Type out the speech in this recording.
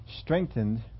Strengthened